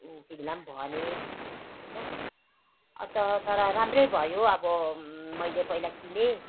तिमीलाई पनि भने होइन अन्त तर राम्रै भयो अब मैले पहिला किनेँ